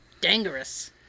Dangerous